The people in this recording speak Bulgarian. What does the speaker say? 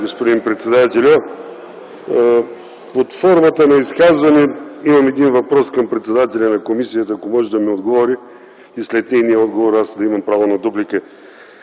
господин председателю. Под формата на изказване имам един въпрос към председателя на комисията, ако може да ми отговори и след нейния отговор, аз имам право на дуплика.